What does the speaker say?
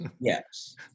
Yes